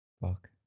Fuck